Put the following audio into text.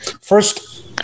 First